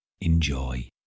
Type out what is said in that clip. enjoy